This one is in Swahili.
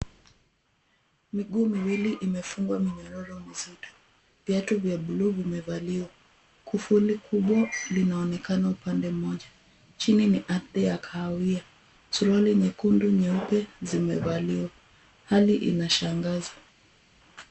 Miguu miwili imefungwa minyororo mizito. Viatu vya buluu vimevaliwa. Kufuli kubwa linaonekana upande mmoja. Chini ni ardhi ya kahawia. Suruali nyekundu nyeupe zimevaliwa. Hali inashangaza.